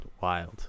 wild